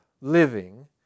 living